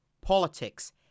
Politics